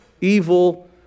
evil